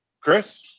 Chris